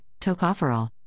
tocopherol